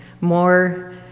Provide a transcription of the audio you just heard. more